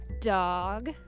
dog